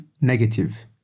Negative